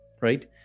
right